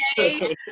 okay